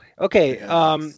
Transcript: okay